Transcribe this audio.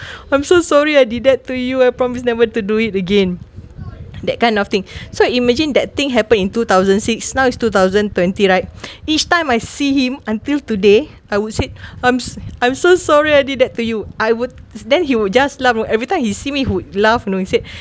I'm so sorry I did that to you I promise never to do it again that kind of thing so imagine that thing happened in two thousand six now it's two thousand twenty right each time I see him until today I would say I'm s~ I'm so sorry I did that to you I would then he would just laugh every time he see me who laugh you know he said